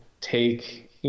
take